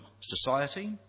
society